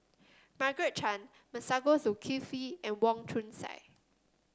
Margaret Chan Masagos Zulkifli and Wong Chong Sai